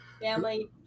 Family